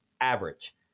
average